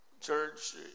Church